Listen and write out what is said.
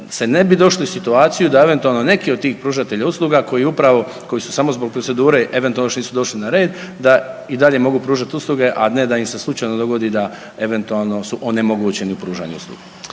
se ne bi došli u situaciju da eventualno neki od tih pružatelja usluga koji upravo, koji su samo zbog procedure eventualno što nisu došli na red da i dalje mogu pružati usluge, a ne da im se slučajno dogodi da eventualno su onemogućeni u pružanju usluga.